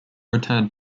returned